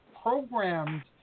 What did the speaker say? programmed